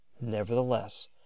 Nevertheless